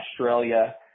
Australia